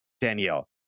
Danielle